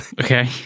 Okay